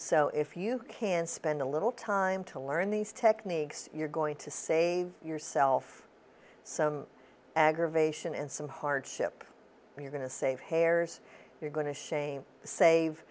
so if you can spend a little time to learn these techniques you're going to save yourself some aggravation and some hardship you're going to save hairs you're going to shame save